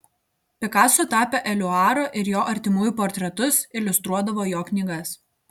pikaso tapė eliuaro ir jo artimųjų portretus iliustruodavo jo knygas